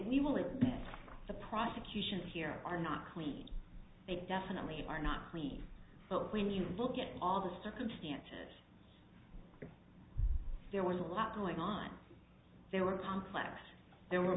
believe the prosecution here are not clean they definitely are not clean but when you look at all the circumstances there was a lot going on there were complex there were